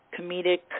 comedic